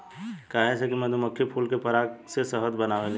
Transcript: काहे से कि मधुमक्खी फूल के पराग से शहद बनावेली सन